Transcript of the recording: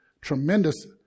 tremendous